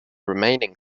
remaining